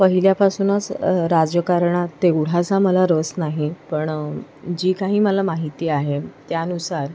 पहिल्यापासूनच राजकारणात तेवढासा मला रस नाही पण जी काही मला माहिती आहे त्यानुसार